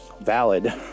valid